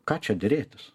ką čia derėtis